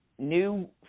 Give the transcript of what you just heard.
New